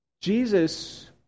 Jesus